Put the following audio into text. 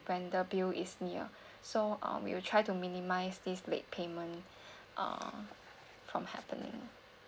when the bill is near so um we will try to minimise this late payment uh from happening